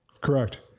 Correct